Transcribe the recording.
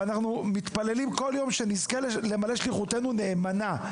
ואנחנו מתפללים כל יום שנזכה למלא שליחותנו נאמנה.